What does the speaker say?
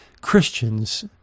Christians